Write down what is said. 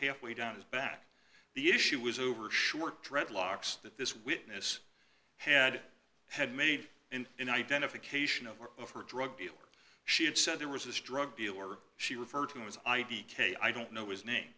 half way down his back the issue was over short dreadlocks that this witness had had made in an identification of her drug dealer she had said there was this drug dealer she referred to as id k i don't know his name